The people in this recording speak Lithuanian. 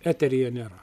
eteryje nėra